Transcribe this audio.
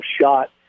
shot